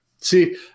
See